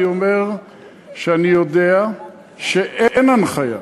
אני אומר שאני יודע שאין הנחיה.